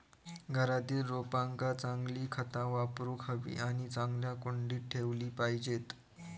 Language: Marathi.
घरातील रोपांका चांगली खता वापरूक हवी आणि चांगल्या कुंडीत ठेवली पाहिजेत